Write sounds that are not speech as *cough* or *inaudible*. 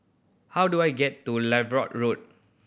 how do I get to *unintelligible* Road